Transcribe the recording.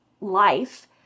life